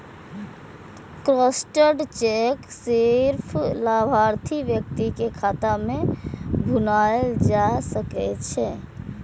crossed cheque सिर्फ लाभार्थी व्यक्ति के खाता मे भुनाएल जा सकै छै